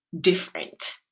different